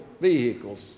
vehicles